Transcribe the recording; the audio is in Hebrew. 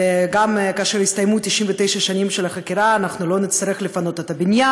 וגם כאשר יסתיימו 99 השנים של החכירה אנחנו לא נצטרך לפנות את הבניין,